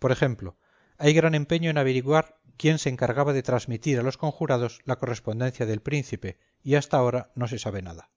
por ejemplo hay gran empeño en averiguar quién se encargaba de transmitir a los conjurados la correspondencia del príncipe y hasta ahora no se sabe nada